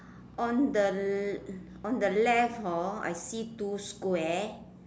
on the on the left hor I see two square